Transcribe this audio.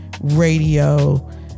radio